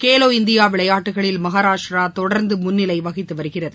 Khelo India விளையாட்டுகளில் மகாராஷ்டிரா தொடர்ந்து முன்னிலை வகித்து வருகிறது